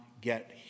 get